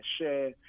share